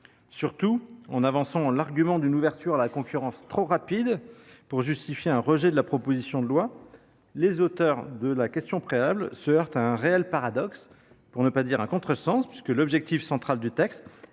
Surtout, en avançant l’argument d’une ouverture à la concurrence trop rapide pour justifier un rejet de la proposition de loi, les auteurs de la question préalable se heurtent à un réel paradoxe, pour ne pas dire qu’ils commettent un contresens, car l’objectif central du texte